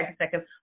second